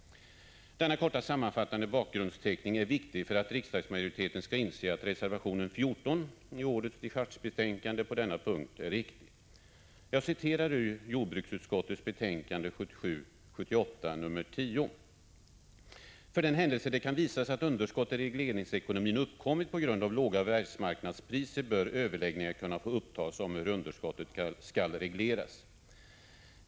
Denna korta sammanfattande bakgrundsteckning är viktig för att riksdagsmajoriteten skall inse att reservationen 14 i årets dechargebetänkande på denna punkt är befogad. Låt mig citera följande skrivning i jordbruksutskottets betänkande 1977/ 78:10: ”För den händelse det kan visas att underskott i regleringsekonomin uppkommit på grund av låga världsmarknadspriser bör överläggningar kunna få upptas om hur underskottet skall regleras.